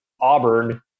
Auburn